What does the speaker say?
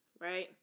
Right